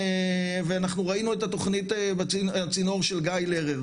ואנחנו ראינו את תכנית הצינור של גיא לרר.